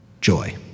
joy